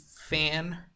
fan